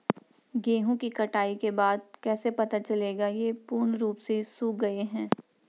गेहूँ की कटाई के बाद कैसे पता चलेगा ये पूर्ण रूप से सूख गए हैं?